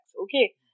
okay